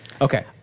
Okay